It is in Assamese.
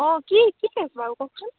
অঁ কি কি কেছ বাৰু কওকচোন